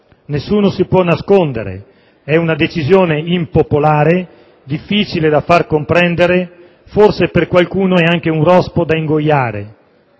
Nessuno si può nascondere: è una decisione impopolare, difficile da far comprendere; forse per qualcuno è anche un rospo da ingoiare.